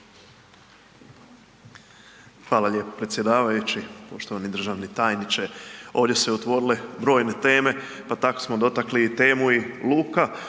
Hvala lijepo predsjedavajući. Poštovani državni tajniče, ovdje su se otvorile brojne teme pa tako smo dotakli i temu luka